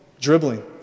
dribbling